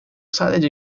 sadece